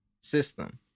system